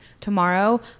Tomorrow